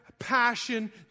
Passion